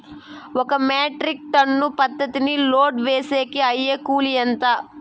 ఒక metric ton పత్తిని load వేసేకి అయ్యే కూలి ఎంత?